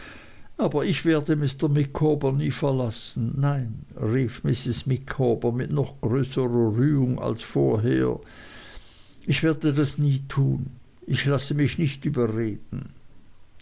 aber ich werde mr micawber nie verlassen nein rief mrs micawber mit noch größerer rührung als vorher ich werde das nie tun ich lasse mich nicht überreden